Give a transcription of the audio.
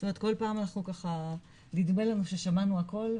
זאת אומרת כל פעם נדמה לנו ששמענו הכול,